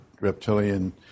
reptilian